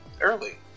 early